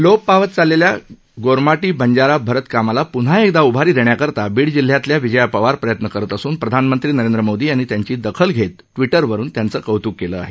लोप पावत चाललेल्या गोरमापी बंजारा भरत कामाला पून्हा एकदा उभारी देण्याकरता बीड जिल्ह्यातल्या विजया पवार प्रयत्न करत असुन प्रधानमंत्री नरेंद्र मोदी यांनी त्यांची दखल घेत ट्वि रवरुन कौत्क केलं आहे